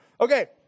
Okay